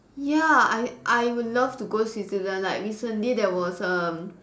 ya I I would love to go Switzerland like recently there was um